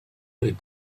had